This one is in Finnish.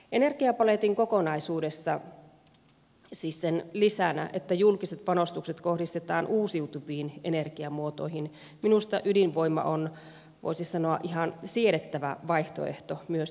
energiapaletin kokonaisuudessa siis sen lisänä että julkiset panostukset kohdistetaan uusiutuviin energiamuotoihin minusta ydinvoima on voisi sanoa ihan siedettävä vaihtoehto myös ilmastonäkökulmasta